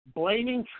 blaming